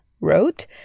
wrote